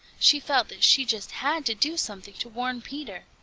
she felt that she just had to do something to warn peter.